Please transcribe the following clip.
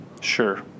Sure